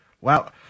Wow